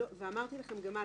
ואמרתי לכם גם אז,